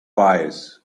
wise